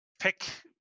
pick